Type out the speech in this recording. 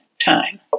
time